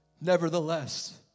Nevertheless